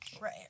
Right